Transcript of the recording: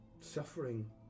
suffering